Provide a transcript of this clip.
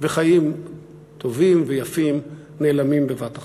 וחיים טובים ויפים נעלמים בבת אחת.